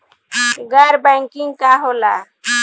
गैर बैंकिंग का होला?